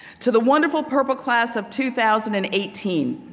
to the wonderful purple class of two thousand and eighteen,